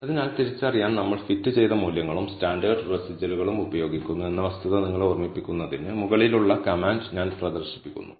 അതിനാൽ തിരിച്ചറിയാൻ നമ്മൾ ഫിറ്റ് ചെയ്ത മൂല്യങ്ങളും സ്റ്റാൻഡേർഡ് റെസിജ്വലുകളും ഉപയോഗിക്കുന്നു എന്ന വസ്തുത നിങ്ങളെ ഓർമ്മിപ്പിക്കുന്നതിന് മുകളിലുള്ള കമാൻഡ് ഞാൻ പ്രദർശിപ്പിക്കുന്നു